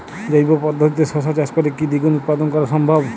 জৈব পদ্ধতিতে শশা চাষ করে কি দ্বিগুণ উৎপাদন করা সম্ভব?